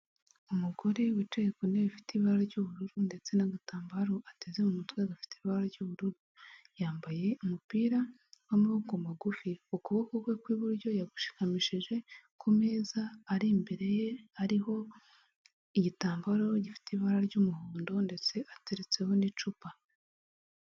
Umugore wicaye ku ntebe ifite ibara ry'ubururu ndetse n'agatambaro ateze mu mutwe adafite ibara ry'ubururu yambaye umupira w'amaboko magufi ukuboko kwe kw'iburyo yagushimikamishije ku meza ari imbere ye hariho igitambaro gifite ibara ry'umuhondo ndetse ateretseho n'icupa.